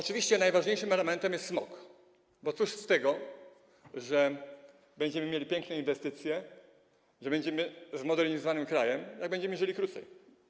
Oczywiście najważniejszym elementem jest tu smog, bo cóż z tego, że będziemy mieli piękne inwestycje, że będziemy zmodernizowanym krajem, jak będziemy żyli krócej.